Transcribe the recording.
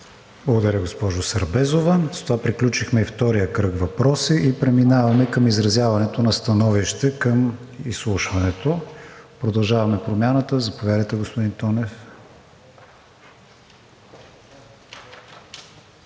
Благодаря, госпожо Сербезова. С това приключихме и втория кръг въпроси. Преминаваме към изразяването на становища към изслушването. „Продължаваме Промяната“ – заповядайте, господин Тонев.